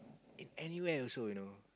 it anywhere also you know